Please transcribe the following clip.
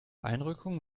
einrückung